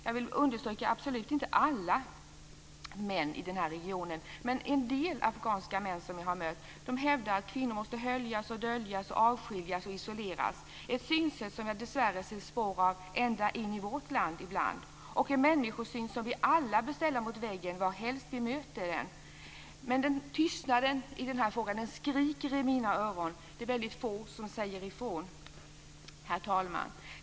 Jag vill understryka att det absolut inte gäller alla män i den här regionen, men en del afghanska män som jag har mött hävdar att kvinnor måste höljas och döljas, avskiljas och isoleras - ett synsätt som jag dessvärre ser spår av ända in i vårt land ibland. Det är en människosyn som vi alla bör ställa mot väggen varhelst vi möter den. Tystnaden i den här frågan skriker i mina öron. Det är väldigt få som säger ifrån. Herr talman!